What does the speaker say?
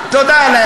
תודה רבה.